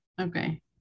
Okay